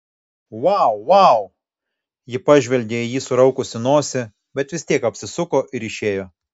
vau vau ji pažvelgė į jį suraukusi nosį bet vis tiek apsisuko ir išėjo